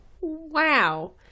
Wow